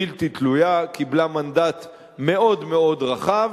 בלתי תלויה, קיבלה מנדט מאוד מאוד רחב,